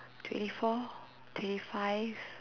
twenty four twenty five